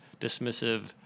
dismissive